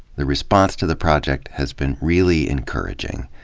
the response to the project has been really encouraging.